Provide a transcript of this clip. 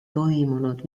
toimunud